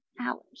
hours